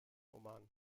oman